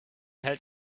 hält